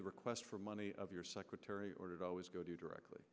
the request for money of your secretary ordered always go directly